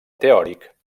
teòric